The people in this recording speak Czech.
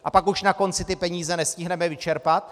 A pak už na konci ty peníze nestihneme vyčerpat?